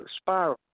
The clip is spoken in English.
spiral